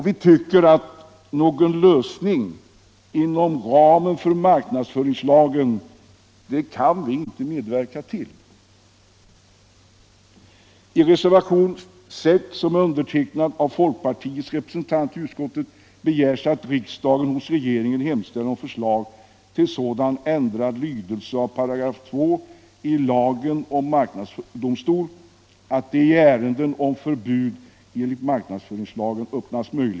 Vi tycker inte att vi kan medverka till någon lösning inom ramen för marknadsföringslagen.